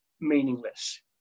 meaningless